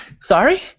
Sorry